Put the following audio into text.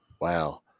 wow